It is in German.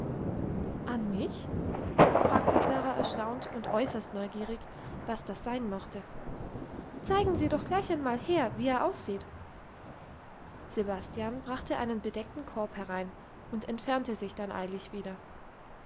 an mich fragte klara erstaunt und äußerst neugierig was das sein möchte zeigen sie doch gleich einmal her wie er aussieht sebastian brachte einen bedeckten korb herein und entfernte sich dann eilig wieder